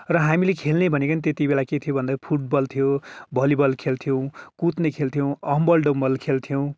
र हामीले खेल्ने भनेको नै त्यतिबेला के थियो भन्दा फुटबल थियो भलिबल खेल्थ्यौँ कुद्ने खेल्थ्यौँ अम्बल डम्बल खेल्थ्यौँ